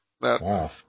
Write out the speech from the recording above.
Wow